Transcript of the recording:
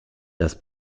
das